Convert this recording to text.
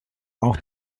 auch